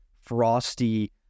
Frosty